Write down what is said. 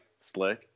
slick